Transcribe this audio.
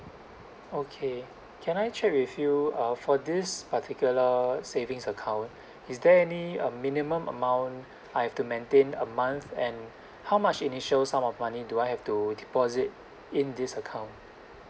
okay can I check with you uh for this particular savings account is there any uh minimum amount I've to maintain a month and how much initial sum of money do I have to deposit in this account